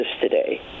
today